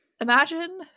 Imagine